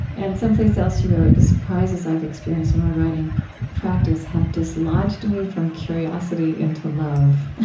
and someplace else, you wrote, the surprises i've experienced in my writing practice have dislodged me from curiosity into love.